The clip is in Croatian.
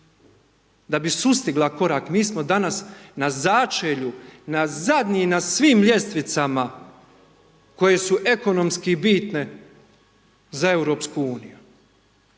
da bi sustigla korak. Mi smo danas na začelju, na zadnji na svim ljestvicama koje su ekonomski bitne za EU. Rugali